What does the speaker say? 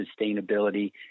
sustainability